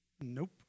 Nope